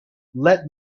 let